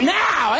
now